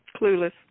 clueless